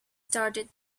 started